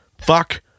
fuck